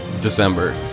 December